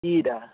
কি দা